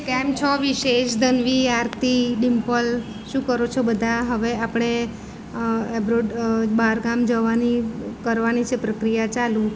કેમ છો વિશેષ ધન્વી આરતી ડીમ્પલ શું કરો છો બધા હવે આપણે એબ્રોડ બાર ગામ જવાની કરવાની છે પ્રક્રિયા ચાલુ